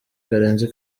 karenzi